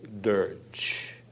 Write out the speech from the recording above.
dirge